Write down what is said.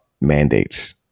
mandates